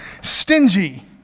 stingy